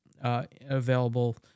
available